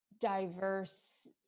diverse